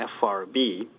FRB